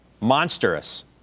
monstrous